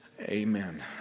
Amen